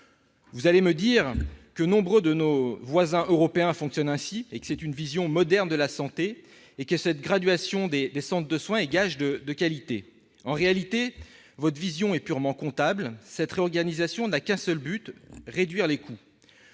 Vous allez me dire que nombre de nos voisins européens fonctionnent ainsi, que c'est une vision moderne de la santé et que cette gradation des centres de soins est un gage de qualité. En réalité, votre vision est purement comptable. Cette réorganisation n'a qu'un seul but : réduire les coûts